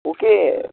okay